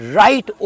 right